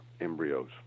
embryos